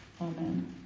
Amen